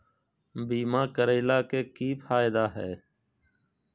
बीमा करैला के की फायदा है?